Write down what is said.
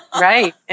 Right